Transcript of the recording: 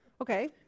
okay